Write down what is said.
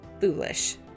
foolish